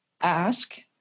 ask